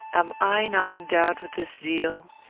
am i not endowed with this zeal?